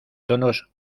tonos